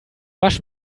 wasch